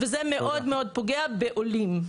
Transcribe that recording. וזה, מאוד מאוד פוגע בעולים.